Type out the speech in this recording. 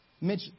Mitch